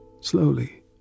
slowly